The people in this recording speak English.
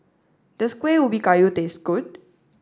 does Kueh Ubi Kayu taste good